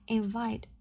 invite